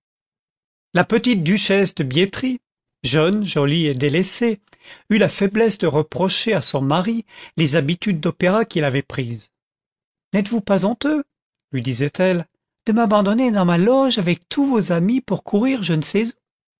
la petite duchesse de biétry jeune jolie et délaissée eut la faiblesse de reprocher à son mari les habitudes d'opéra qu'il avait prises n'êtes-vous pas honteux lui disait-elle de m'abandonner dans ma loge avec tous vos amis pour courir je ne sais